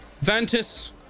Vantis